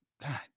God